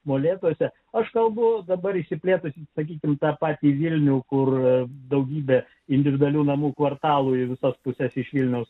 molėtuose aš kalbu dabar išsiplėtusi sakykime tą patį vilnių kur daugybė individualių namų kvartalų į visas puses iš vilniaus